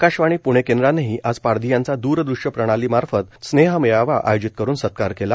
आकाशवाणी प्णे केंद्रानंही आज पारधी यांचा द्रदृश्यप्रणाली मार्फत स्नेह मेळावा आयोजित करून सत्कार केला